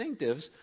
distinctives